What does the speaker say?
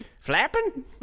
flapping